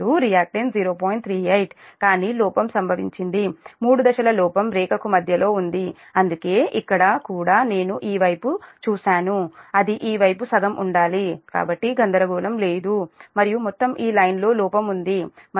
38 కానీ లోపం సంభవించింది 3 దశల లోపం రేఖకు మధ్యలో ఉంది అందుకే ఇక్కడ కూడా నేను ఈ వైపు చూశాను అది ఈ వైపు సగం ఉండాలి కాబట్టి గందరగోళం లేదు మరియు మొత్తం ఈ లైన్ లో లోపం ఉంది మరియు ఈ వైపు j 0